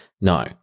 No